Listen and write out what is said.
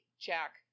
Jack